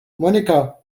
مونیکا